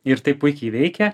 ir tai puikiai veikia